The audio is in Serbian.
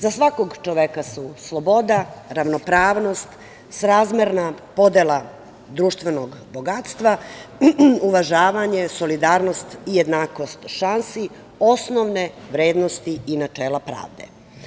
Za svakog čoveka su sloboda, ravnopravnost, srazmerna podela društvenog bogatstva, uvažavanje, solidarnost i jednakost šansi osnovne vrednosti i načela pravde.